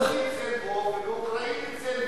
ברוסית זה "לְבוֹב" ובאוקראינית "לֵבִיב",